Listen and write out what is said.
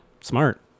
smart